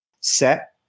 set